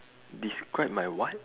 describe my what